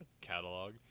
catalog